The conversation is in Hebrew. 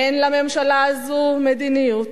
אין לממשלה הזו מדיניות,